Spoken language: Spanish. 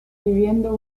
viviendo